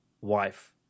wife